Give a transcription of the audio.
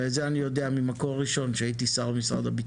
ואת זה אני יודע ממקור ראשון כשהייתי שר הבטחון.